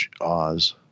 Oz